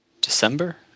December